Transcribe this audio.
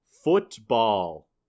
Football